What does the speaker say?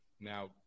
Now